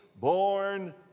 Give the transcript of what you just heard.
born